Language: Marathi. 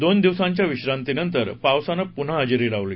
दोन दिवसांच्या विश्रांतीनंतर पावसाने पुन्हा हजेरी लावली